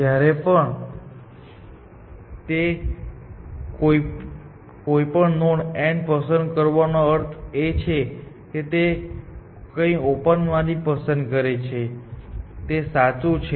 જ્યારે પણ તે કોઈ નોડ n પસંદ કરવાનો અર્થ એ છે કે તે કંઈક ઓપન માંથી પસંદ કરે છે તે સાચું છે